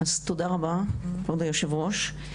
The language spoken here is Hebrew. אז תודה רבה, כבוד היושב ראש.